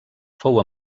fou